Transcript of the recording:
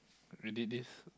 ready this